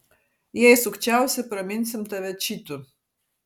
jei sukčiausi praminsim tave čytu